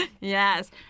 Yes